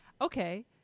okay